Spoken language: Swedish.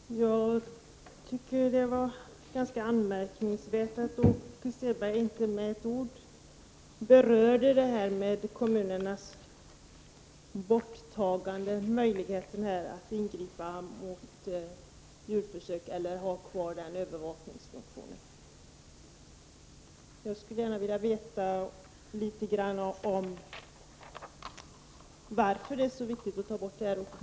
Herr talman! Jag tycker det var ganska anmärkningsvärt att Åke Selberg inte med ett ord berörde borttagandet av möjligheten för kommunerna att ingripa mot djurförsök och att ha kvar den övervakning som funnits. Jag skulle gärna vilja veta varför det är så viktigt att ta bort denna möjlighet.